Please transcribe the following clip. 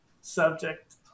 subject